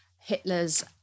Hitler's